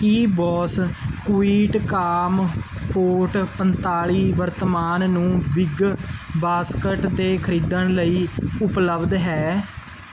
ਕੀ Bose QuietComfort ਪੰਤਾਲੀ ਵਰਤਮਾਨ ਨੂੰ ਬਿਗਬਾਸਕਟ 'ਤੇ ਖਰੀਦਣ ਲਈ ਉਪਲਬਧ ਹੈ